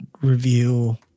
review